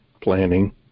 planning